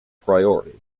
priority